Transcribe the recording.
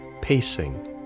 pacing